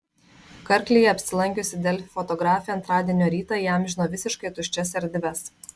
karklėje apsilankiusi delfi fotografė antradienio rytą įamžino visiškai tuščias erdves